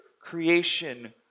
creation